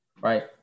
Right